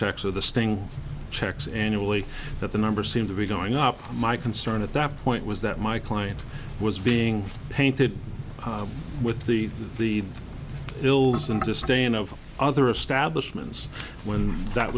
checks of the staying checks annually that the number seem to be going up my concern at that point was that my client was being painted with the the hills and disdain of other establishment when that